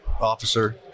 officer